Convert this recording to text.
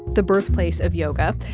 the birthplace of yoga.